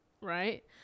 right